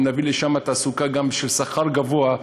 אם נביא לשם גם תעסוקה שיש בצדה שכר גבוה,